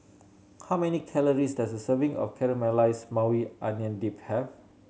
how many calories does a serving of Caramelized Maui Onion Dip have